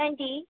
aunty